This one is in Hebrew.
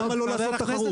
למה לא לעשות תחרות?